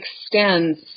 extends